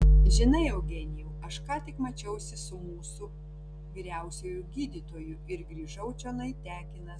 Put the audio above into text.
zinai eugenijau aš ką tik mačiausi su mūsų vyriausiuoju gydytoju ir grįžau čionai tekinas